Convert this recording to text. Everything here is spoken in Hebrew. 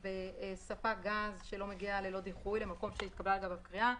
לגבי ספק גז שלא מגיע ללא דיחוי למקום שהתקבלה עליו קריאה,